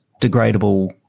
degradable